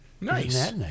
nice